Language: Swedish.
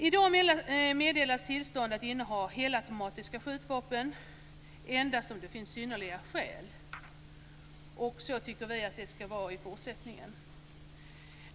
I dag meddelas tillstånd att inneha helautomatiska skjutvapen endast om det finns synnerliga skäl, och så tycker vi att det ska vara också i fortsättningen.